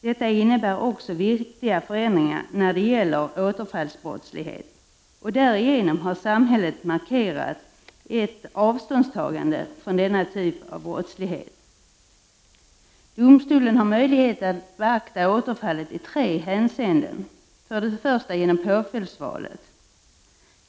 Detta innebär också viktiga förändringar när det gäller återfallsbrottslighet, och därigenom har samhället markerat ett avståndstagande från denna typ av brottslighet. Domstolen har möjlighet att beakta återfall i tre hänseenden. Till att börja med kan det göras genom påföljdsvalet.